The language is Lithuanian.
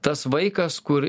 tas vaikas kur